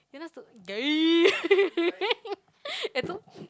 you're not supposed to Gary eh so